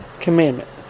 commandment